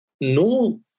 No